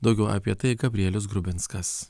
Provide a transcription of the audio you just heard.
daugiau apie tai gabrielius grubinskas